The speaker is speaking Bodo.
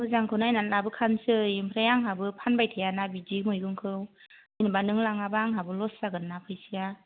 मोजांखौ नायनानै लाबोखानोसै ओमफ्राय आंहाबो फानबाय थायाना बिदि मैगंखौ जेनेबा नों लाङाबा आंहाबो लस जागोन्ना फैसाया